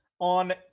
on